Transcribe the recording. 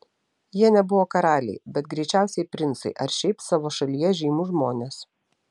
jie nebuvo karaliai bet greičiausiai princai ar šiaip savo šalyje žymūs žmonės